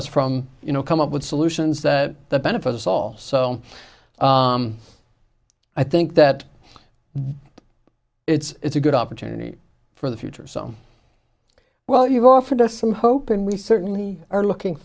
us from you know come up with solutions that benefit us all so i think that it's a good opportunity for the future so well you've offered us some hope and we certainly are looking